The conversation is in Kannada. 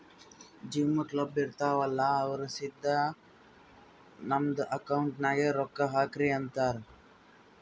ಜಿಮ್, ಕ್ಲಬ್, ಇರ್ತಾವ್ ಅಲ್ಲಾ ಅವ್ರ ಸಿದಾ ನಮ್ದು ಅಕೌಂಟ್ ನಾಗೆ ರೊಕ್ಕಾ ಹಾಕ್ರಿ ಅಂತಾರ್